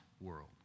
world